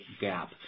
gap